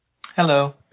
Hello